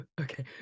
Okay